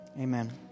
Amen